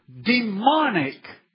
demonic